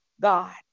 God